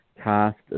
cast